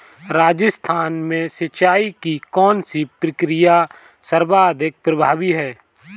राजस्थान में सिंचाई की कौनसी प्रक्रिया सर्वाधिक प्रभावी है?